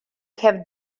have